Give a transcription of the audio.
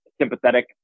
sympathetic